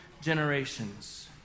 generations